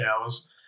hours